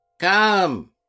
Come